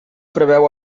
preveu